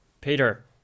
peter